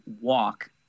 walk